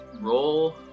roll